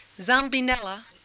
Zambinella